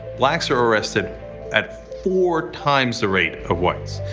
blacks are arrested at four times the rate of whites.